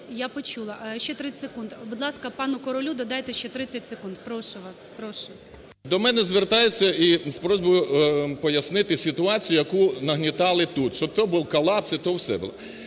Я почула. Ще 30 секунд. Будь ласка, пану Королю додайте ще 30 секунд. Прошу вас. Прошу. 11:02:52 КОРОЛЬ В.М. До мене звертаються з просьбою пояснити ситуацію, яку нагнітали тут. Що був колапс, і то все було,